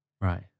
right